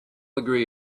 agree